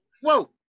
Whoa